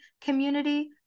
community